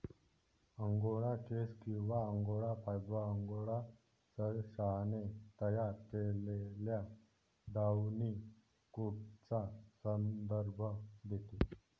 angora केस किंवा angora fibre, angora सशाने तयार केलेल्या डाउनी कोटचा संदर्भ देते